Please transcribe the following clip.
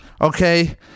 okay